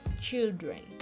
children